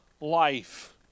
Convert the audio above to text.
life